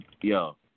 Yo